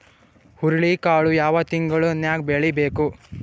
ಹುರುಳಿಕಾಳು ಯಾವ ತಿಂಗಳು ನ್ಯಾಗ್ ಬೆಳಿಬೇಕು?